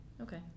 Okay